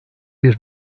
bir